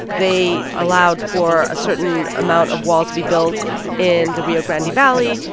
they allowed for a certain amount of wall to be built in the rio grande valley.